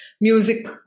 music